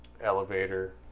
elevator